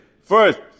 First